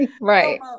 Right